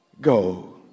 go